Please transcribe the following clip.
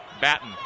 Batten